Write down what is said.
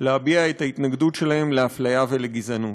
את ההתנגדות שלהם לאפליה וגזענות.